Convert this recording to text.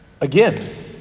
again